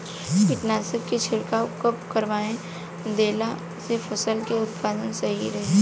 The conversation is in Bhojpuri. कीटनाशक के छिड़काव कब करवा देला से फसल के उत्पादन सही रही?